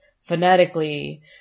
phonetically